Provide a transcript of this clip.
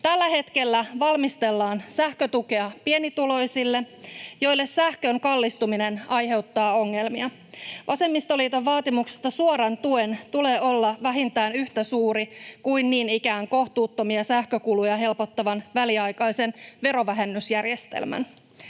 Tällä hetkellä valmistellaan sähkötukea pienituloisille, joille sähkön kallistuminen aiheuttaa ongelmia. Vasemmistoliiton vaatimuksesta suoran tuen tulee olla vähintään yhtä suuri kuin niin ikään kohtuuttomia sähkökuluja helpottavan väliaikaisen verovähennysjärjestelmän.